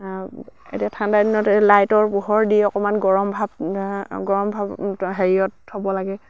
এতিয়া ঠাণ্ডা দিনত লাইটৰ পোহৰ দি অকণমান গৰম ভাৱ গৰম ভাৱ হেৰিয়ত থ'ব লাগে